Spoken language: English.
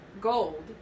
gold